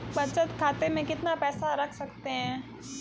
बचत खाते में कितना पैसा रख सकते हैं?